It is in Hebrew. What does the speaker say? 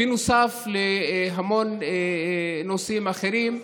בנוסף להמון נושאים אחרים.